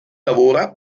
lavora